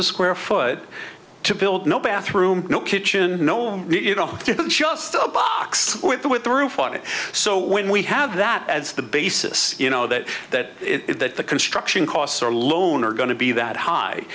a square foot to build no bathroom no kitchen no you know just the box with the with the roof on it so when we have that as the basis you know that that it that the construction costs are alone are going to be that high